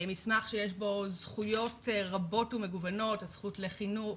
מסמך שיש בו זכויות רבות ומגוונות, הזכות לחינוך,